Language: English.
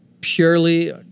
Purely